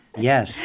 Yes